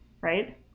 right